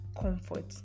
comfort